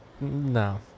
No